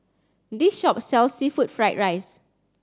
this shop sells seafood fried rice